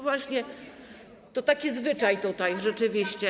Właśnie, to taki zwyczaj tutaj, rzeczywiście.